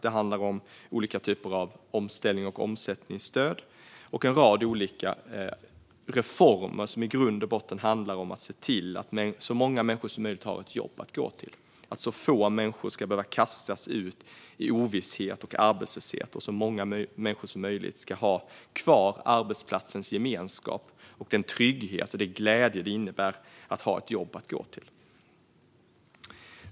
Det handlar om olika typer av omställnings och omsättningsstöd och en rad olika reformer som i grund och botten handlar om att se till att så många människor som möjligt har ett jobb att gå till. Så få människor som möjligt ska behöva kastas ut i ovisshet och arbetslöshet, och så många människor som möjligt ska ha kvar arbetsplatsens gemenskap och den trygghet och den glädje det innebär att ha ett jobb att gå till.